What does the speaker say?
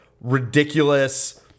ridiculous